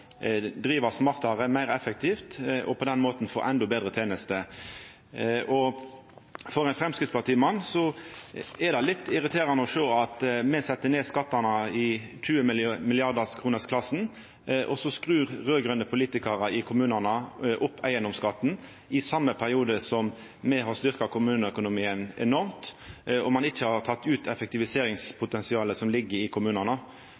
driva smartare og meir effektivt og på den måten få endå betre tenester. For ein Framstegsparti-mann er det litt irriterande å sjå at me set ned skattane i 20 mrd.-kronersklassen, og så skrur raud-grøne politikarar i kommunane opp eigedomsskatten i same periode som me har styrkt kommuneøkonomien enormt og ein ikkje har teke ut effektiviseringspotensialet som ligg i kommunane.